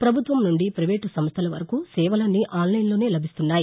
పభుత్వం నుండి పైవేటు సంస్టల వరకు సేవలన్నీ ఆన్లైన్లో లభిస్తున్నాయి